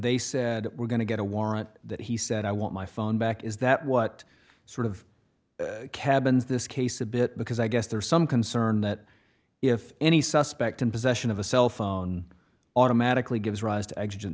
they said we're going to get a warrant that he said i want my phone back is that what sort of cabins this case a bit because i guess there's some concern that if any suspect in possession of a cell phone automatically gives rise to edge and